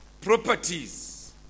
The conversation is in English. Properties